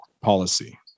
policy